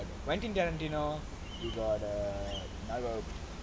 err quentin tarantino you got err